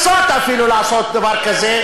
אני מציע לכם לא לנסות אפילו לעשות דבר כזה.